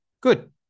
good